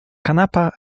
kanapa